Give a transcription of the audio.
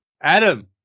Adam